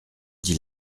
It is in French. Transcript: dit